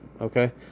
okay